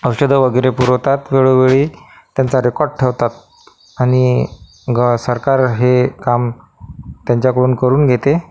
औषधं वगैरे पुरवतात वेळोवेळी त्यांचा रेकॉर्ड ठेवतात आणि सरकार हे काम त्यांच्याकडून करून घेते